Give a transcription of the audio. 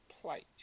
plight